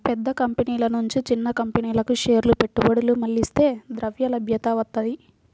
పెద్ద కంపెనీల నుంచి చిన్న కంపెనీలకు షేర్ల పెట్టుబడులు మళ్లిస్తే ద్రవ్యలభ్యత వత్తది